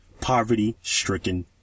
poverty-stricken